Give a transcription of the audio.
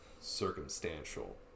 circumstantial